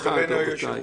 התשע"ט-2018 נתקבלה.